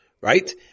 right